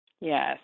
Yes